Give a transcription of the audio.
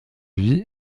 vit